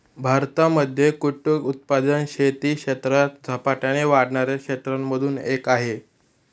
भारतामध्ये कुक्कुट उत्पादन शेती क्षेत्रात झपाट्याने वाढणाऱ्या क्षेत्रांमधून एक आहे